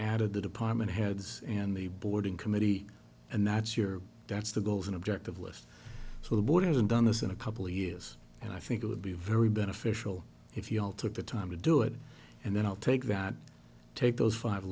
added the department heads and the boarding committee and that's your that's the goals an objective list so the board isn't done this in a couple years and i think it would be very beneficial if you all took the time to do it and then i'll take that take those five